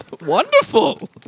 Wonderful